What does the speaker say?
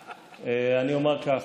אני אומר כך.